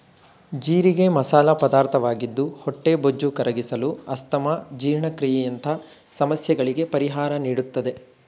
ಜೀರಿಗೆ ಮಸಾಲ ಪದಾರ್ಥವಾಗಿದ್ದು ಹೊಟ್ಟೆಬೊಜ್ಜು ಕರಗಿಸಲು, ಅಸ್ತಮಾ, ಜೀರ್ಣಕ್ರಿಯೆಯಂತ ಸಮಸ್ಯೆಗಳಿಗೆ ಪರಿಹಾರ ನೀಡುತ್ತದೆ